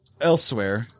elsewhere